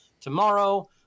tomorrow